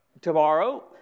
Tomorrow